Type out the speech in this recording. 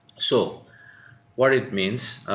so what it means